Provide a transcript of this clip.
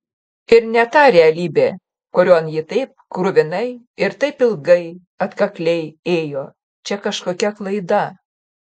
ir ne ta realybė kurion ji taip kruvinai ir taip ilgai atkakliai ėjo čia kažkokia klaida